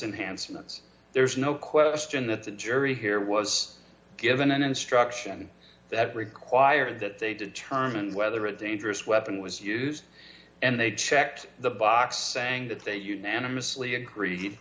hansen's there's no question that the jury here was given an instruction that required that they determine whether a dangerous weapon was used and they checked the box sang that they unanimously agreed